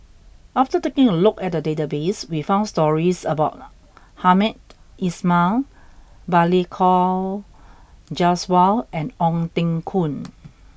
after taking a look at the database we found stories about Hamed Ismail Balli Kaur Jaswal and Ong Teng Koon